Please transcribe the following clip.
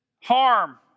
harm